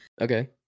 okay